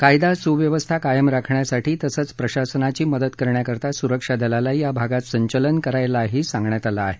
कायदा सुव्यवस्था कायम राखण्यासाठी तसंच प्रशासनाची मदत करण्याकरता सुरक्षा दलाला या भागात संचलन करायलाही सांगण्यात आलं आहे